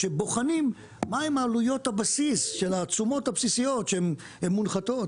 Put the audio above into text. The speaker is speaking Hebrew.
שבוחנים מהן עלויות הבסיס של התשומות הבסיסיות שמונחתות,